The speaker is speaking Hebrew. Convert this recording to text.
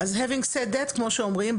אז having said that כמו שאומרים,